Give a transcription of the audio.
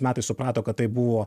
metais suprato kad tai buvo